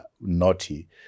naughty